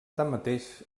tanmateix